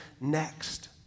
next